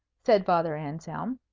said father anselm.